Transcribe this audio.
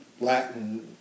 Latin